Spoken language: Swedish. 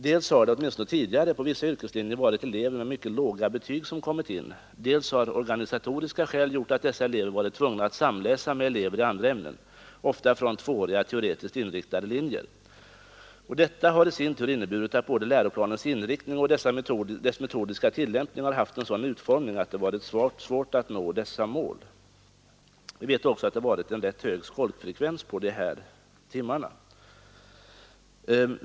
Dels har det, åtminstone tidigare på vissa yrkeslinjer, kommit in elever med mycket låga betyg. Dels har organisatoriska skäl gjort att dessa elever varit tvungna att samläsa med elever på andra linjer — ofta elever från tvååriga teoretiskt inriktade linjer. Detta har i sin tur inneburit att både läroplanens inriktning och dess metodiska tillämpning har haft en sådan utformning att det varit svårt att nå de uppsatta målen. Vi vet också att det varit en ganska hög skolkfrekvens på dessa timmar.